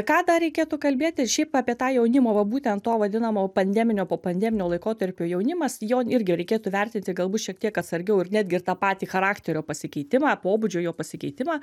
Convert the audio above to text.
ką dar reikėtų kalbėti ir šiaip apie tą jaunimo va būtent to vadinamo pandeminio popandeminio laikotarpio jaunimas jo irgi reikėtų vertinti galbūt šiek tiek atsargiau ir netgi ir tą patį charakterio pasikeitimą pobūdžio jo pasikeitimą